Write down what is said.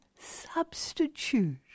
substitute